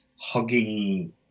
hugging